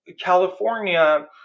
California